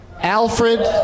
Alfred